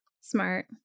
Smart